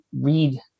read